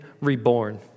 reborn